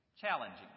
challenging